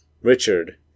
Richard